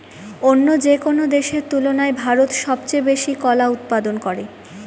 অন্য যেকোনো দেশের তুলনায় ভারত সবচেয়ে বেশি কলা উৎপাদন করে